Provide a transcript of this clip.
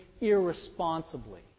irresponsibly